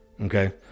okay